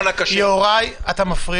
או (א4), לפי העניין"